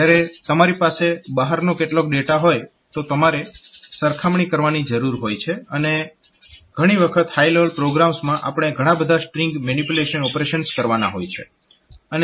જ્યારે તમારી પાસે બહારનો કેટલાક ડેટા હોય ત્યારે તમારે સરખામણી કરવાની જરૂર હોય છે અથવા ઘણી વખત હાય લેવલ પ્રોગ્રામ્સમાં આપણે ઘણા બધા સ્ટ્રીંગ મેનીપ્યુલેશન ઓપરેશન્સ કરવાના હોય છે